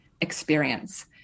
experience